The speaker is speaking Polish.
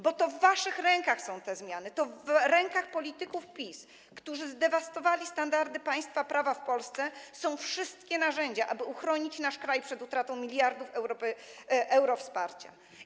Bo to w waszych rękach są te zmiany - w rękach polityków PiS, którzy zdewastowali standardy państwa prawa w Polsce, są wszystkie narzędzia do tego, aby uchronić nasz kraj przed utratą miliardów euro wsparcia.